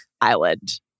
Island